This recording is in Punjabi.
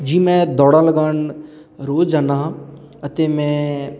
ਜੀ ਮੈਂ ਦੌੜਾਂ ਲਗਾਉਣ ਰੋਜ਼ ਜਾਂਦਾ ਹਾਂ ਅਤੇ ਮੈਂ